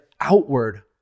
outward